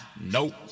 Nope